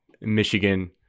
Michigan